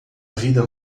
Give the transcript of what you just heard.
vida